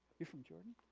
you're from jordan?